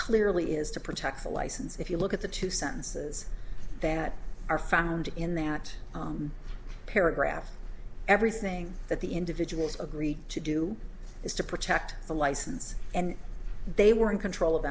clearly is to protect the license if you look at the two sentences that are found in that paragraph everything that the individuals agree to do is to protect the license and they were in control of